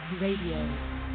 Radio